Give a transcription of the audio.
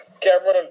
Cameron